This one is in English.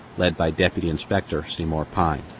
led by deputy inspector seymour pine